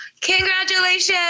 Congratulations